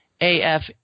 AF